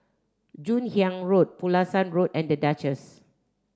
Joon Hiang Road Pulasan Road and The Duchess